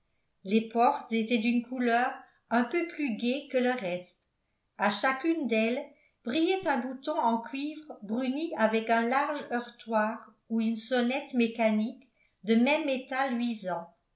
les portes étaient d'une couleur un peu plus gaie que le reste à chacune d'elles brillait un bouton en cuivre bruni avec un large heurtoir ou une sonnette mécanique de même métal luisant